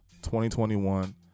2021